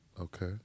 Okay